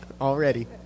Already